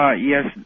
Yes